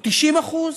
הוא 90%?